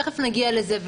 תכף נגיע לזה.